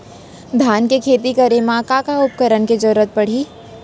धान के खेती करे मा का का उपकरण के जरूरत पड़हि?